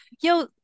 yo